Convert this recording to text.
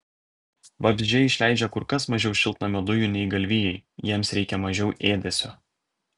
vabzdžiai išleidžia kur kas mažiau šiltnamio dujų nei galvijai jiems reikia mažiau ėdesio